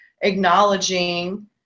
acknowledging